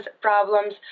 problems